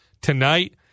tonight